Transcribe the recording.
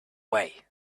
way